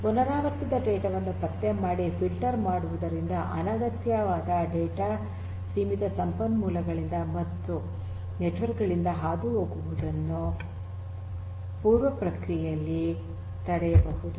ಪುನರಾವರ್ತಿತ ಡೇಟಾ ವನ್ನು ಪತ್ತೆ ಮಾಡಿ ಫಿಲ್ಟರ್ ಮಾಡುವುದರಿಂದ ಅನಗತ್ಯವಾದ ಡೇಟಾ ಸೀಮಿತ ಸಂಪನ್ಮೂಲಗಳಿಂದ ಮತ್ತು ನೆಟ್ವರ್ಕ್ ಗಳಿಂದ ಹಾದು ಹೋಗುವುದನ್ನು ಪೂರ್ವ ಪ್ರಕ್ರಿಯೆಯಲ್ಲಿ ತಡೆಗಟ್ಟಬಹುದು